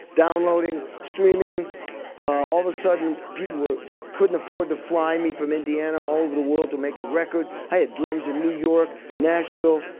downloading, streaming all the sudden, people couldn't afford to fly me from indiana all over the world to make a record. i had dreams in new york, nashville,